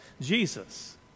Jesus